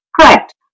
correct